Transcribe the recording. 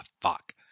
fuck